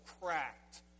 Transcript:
cracked